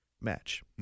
match